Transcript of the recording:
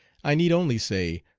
i need only say,